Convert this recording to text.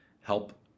help